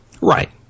Right